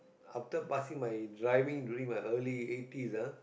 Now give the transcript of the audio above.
after passing my driving during my early eighties ah